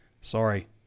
sorry